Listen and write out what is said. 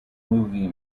movie